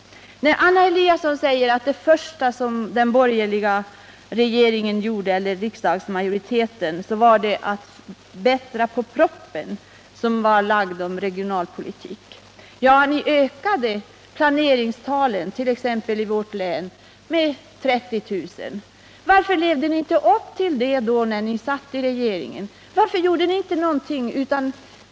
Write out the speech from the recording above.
Anna Eliasson säger att det första som den borgerliga regeringen och Nr 44 riksdagsmajoriteten gjorde var att bättra på den proposition om regionalpo Torsdagen den litiken som hade lagts fram. Ja, ni ökade planeringstalen t.ex. i vårt län med 30 november 1978 30 000. Varför levde ni då inte upp till detta när ni satt i regeringen? Varför gjorde ni inte någonting?